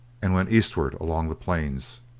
and went eastward along the plains.